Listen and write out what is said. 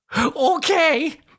Okay